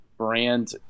Brand